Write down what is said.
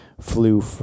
flew